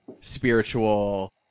spiritual